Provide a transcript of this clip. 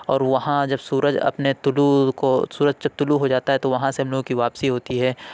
اور وہاں جب سورج اپنے طلوع کو سورج جب طلوع ہو جاتا ہے تو وہاں سے ہم لوگ کی واپسی ہوتی ہے